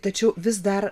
tačiau vis dar